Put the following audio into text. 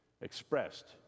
expressed